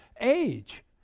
age